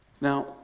Now